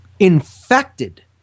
Infected